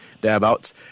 thereabouts